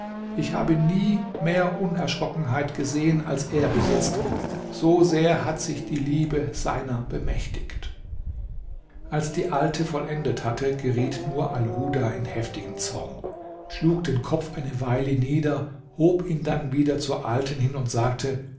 ich habe nie mehr unerschrockenheit gesehen als er besitzt so sehr hat sich die liebe seiner bemächtigt als die alte vollendet hatte geriet nur alhuda in heftigen zorn schlug den kopf eine weile nieder hob ihn dann wieder zur alten hin und sagte